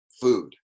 food